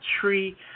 tree